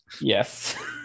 Yes